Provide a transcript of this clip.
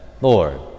Lord